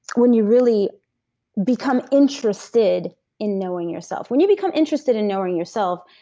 when you really become interested in knowing yourself. when you become interested in knowing yourself,